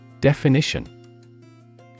Definition